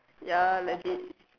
ya legit